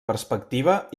perspectiva